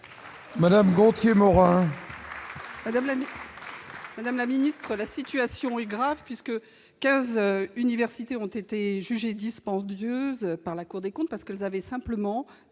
Madame Gonthier-Maurin Madame même. Madame la ministre, la situation est grave puisque 15 univers. Cité ont été jugé dispendieuse par la Cour des comptes parce qu'elles avaient simplement